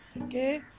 okay